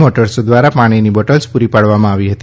motors દ્વારા પાણીની bottles પૂરી પાડવામાં આવી હતી